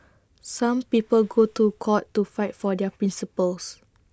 some people go to court to fight for their principles